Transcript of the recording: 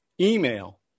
email